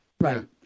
Right